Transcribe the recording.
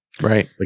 right